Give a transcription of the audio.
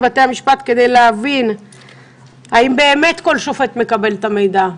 בתי המשפט כדי להבין האם באמת של שופט מקבל את המידע.